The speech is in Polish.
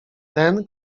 ten